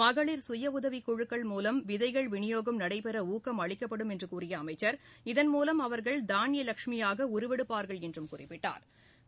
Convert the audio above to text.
மகளிர் சுய உதவிக்குழுக்கள் மூலம் விதைகள் விநியோகம் நடைபெற ஊக்கம் அளிக்கப்படும் என்று கூறிய அமைச்சா் இதன் மூவம் அவா்கள் தாளியலஷ்மியாக உருவெடுப்பா்கள் என்றும் குறிப்பிட்டா்